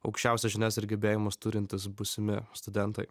aukščiausias žinias ir gebėjimus turintys būsimi studentai